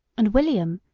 and william,